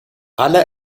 alle